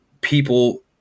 people